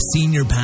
Senior